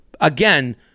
again